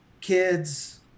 kids